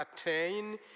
attain